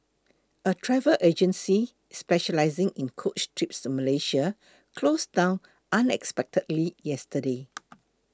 a travel agency specialising in coach trips to Malaysia closed down unexpectedly yesterday